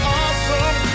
awesome